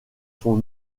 son